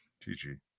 GG